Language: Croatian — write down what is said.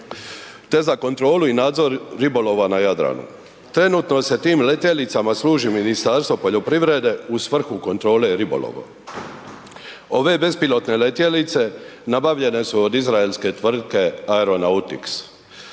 te za kontrolu i nadzor ribolova na Jadranu. Trenutno se tim letjelicama služi Ministarstvo poljoprivrede u svrhu kontrole ribolovom. Ove bespilotne letjelice nabavljene su od izraelske tvrtke Aeronautics,